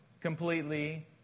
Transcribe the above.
completely